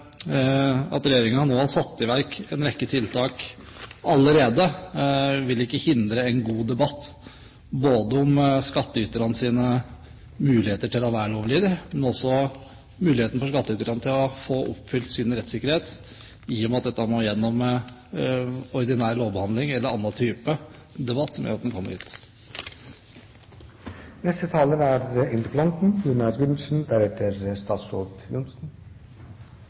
at regjeringen nå har satt i verk en rekke tiltak allerede, ikke vil hindre en god debatt om skattyternes muligheter til å være lovlydige, men også om mulighetene for skattyterne til å få oppfylt sin rettssikkerhet, i og med at dette må gjennom ordinær lovbehandling eller annen type debatt som gjør at den kommer hit. Jeg takker for debatten selv om jeg er